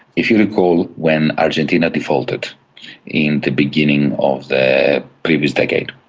if you recall when argentina defaulted in the beginning of the previous decade,